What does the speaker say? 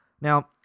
Now